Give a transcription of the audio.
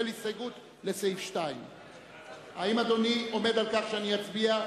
ההסתייגות לסעיף 2". האם אדוני עומד על כך שאני אצביע,